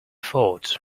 thought